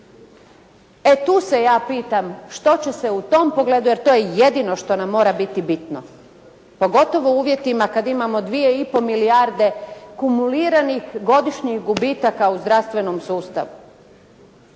E tu se ja pitam što će se u tom pogledu, jer to je jedino što nam mora biti bitno, pogotovo u uvjetima kad imamo 2 i pol milijarde kumuliranih godišnjih gubitaka u zdravstvenom sustavu.